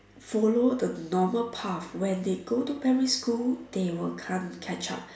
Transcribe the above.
follow the normal path where they go to primary school they will can't catch up